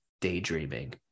daydreaming